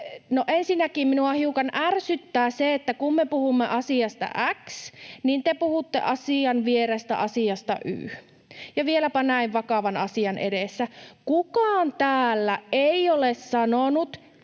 ensinnäkin minua hiukan ärsyttää se, että kun me puhumme asiasta x, niin te puhutte asian vierestä asiasta y, ja vieläpä näin vakavan asian edessä. Kukaan täällä ei ole sanonut,